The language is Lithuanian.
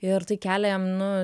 ir tai kelia jam nu